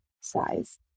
size